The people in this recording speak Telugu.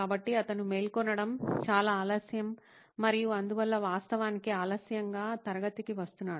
కాబట్టి అతను మేల్కొనడం చాలా ఆలస్యం మరియు అందువల్ల వాస్తవానికి ఆలస్యంగా తరగతికి వస్తున్నాడు